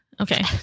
okay